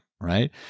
right